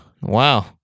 Wow